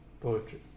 poetry